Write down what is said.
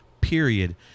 Period